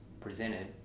presented